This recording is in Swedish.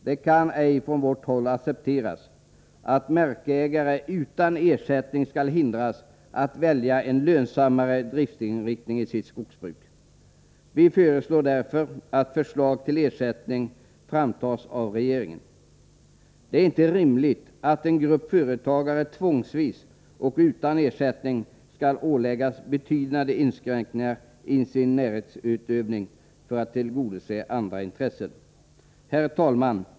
Det kan inte från vårt håll accepteras att markägare utan ersättning skall hindras att välja en lönsammare inriktning av driften av sitt skogsbruk. Vi yrkar därför på att ett förslag till ersättningsregler framläggs av regeringen. Det är inte rimligt att en grupp företagare tvångsvis och utan ersättning skall åläggas betydande inskränkningar i sin näringsutövning för att tillgodose andra intressen. Herr talman!